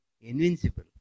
invincible